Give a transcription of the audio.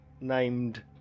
named